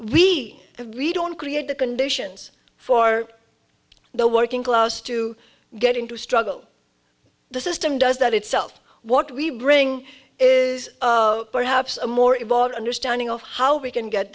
have we don't create the conditions for the working class to get into struggle the system does that itself what we bring is perhaps a more evolved understanding of how we can get